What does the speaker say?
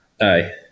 Aye